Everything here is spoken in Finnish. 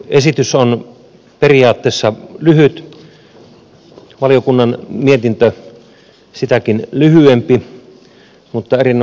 esitys on periaatteessa lyhyt ja valiokunnan mietintö sitäkin lyhyempi mutta erinomaisen selkeä